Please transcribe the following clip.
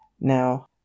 now